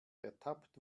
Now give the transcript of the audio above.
ertappt